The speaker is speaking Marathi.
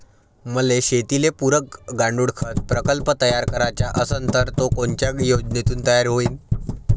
मले शेतीले पुरक गांडूळखत प्रकल्प तयार करायचा असन तर तो कोनच्या योजनेतून तयार होईन?